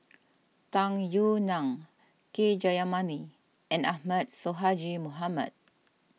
Tung Yue Nang K Jayamani and Ahmad Sonhadji Mohamad